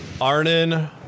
Arnon